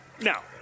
Now